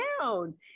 down